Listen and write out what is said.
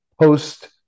post